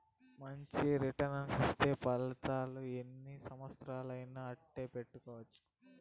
మంచి రిటర్న్స్ ఇచ్చే పతకాలను ఎన్ని సంవచ్చరాలయినా అట్టే పెట్టుకోవచ్చు